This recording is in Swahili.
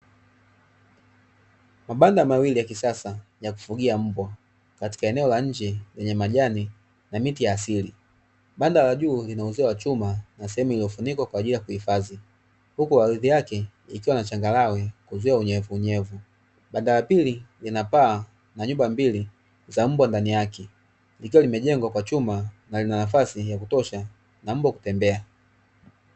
Mabanda mawili ya kisasa ya kufugia mbwa katika eneo la nje lenye majani na miti ya asili, banda la juu lina uzio wa chuma na sehemu iliyofunikwa kwa ajili ya kuhifadhi huku ardhi yake ikiwa na changarawe kuzuia unyevunyevu. Banda la pili lina paa na nyumba mbili za mbwa ndani yake likiwa limejengwa kwa chuma na lina nafasi ya kutosha kwa mbwa kutembea.